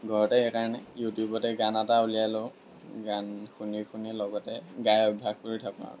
ঘৰতে সেইকাৰণে ইউটিউবতে গান এটা উলিয়াই লওঁ গান শুনি শুনি লগতে গাই অভ্যাস কৰি থাকোঁ আৰু